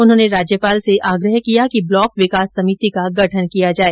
उन्होंने राज्यपाल से आग्रह किया कि ब्लॉक विकास समिति का गठन किया जाए